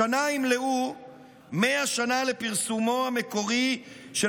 השנה ימלאו 100 שנה לפרסומו המקורי של